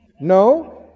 No